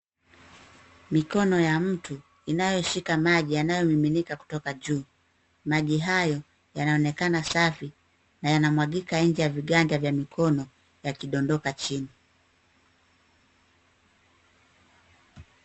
Mikono ya mtu inayoshika maji yanayomiminika kutoka juu. Maji hayo yanaonekana safi, na yanamwagika nje ya viganja vya mikono yakidondoka chini.